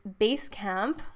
Basecamp